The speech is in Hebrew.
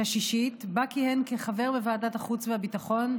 ובה כיהן כחבר בוועדת החוץ והביטחון,